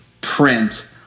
print